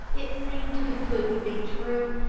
it seemed too good to be true.